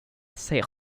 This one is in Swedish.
ser